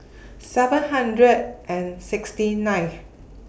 seven hundred and sixty ninth